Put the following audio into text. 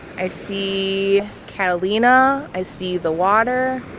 i see catalina. i see the water.